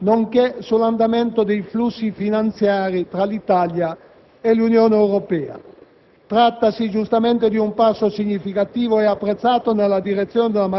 Nel merito di questa legge comunitaria sottolineo, anche alla luce di quanto detto, alcuni aspetti che giudichiamo estremamente positivi.